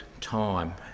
time